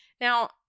Now